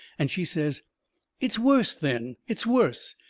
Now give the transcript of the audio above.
and she says it's worse then, it's worse!